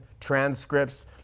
transcripts